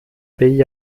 pays